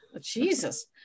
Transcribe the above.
Jesus